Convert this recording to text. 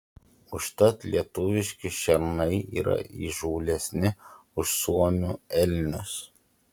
užtat lietuviški šernai yra įžūlesni už suomių elnius